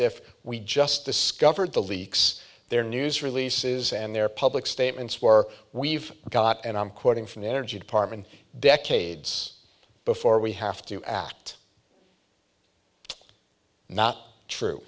if we just discovered the leaks their news releases and their public statements were we've got and i'm quoting from the energy department decades before we have to act not true